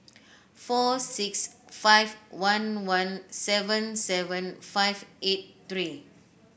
four six five one one seven seven five eight three